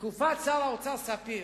בתקופת שר האוצר ספיר,